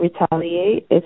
retaliate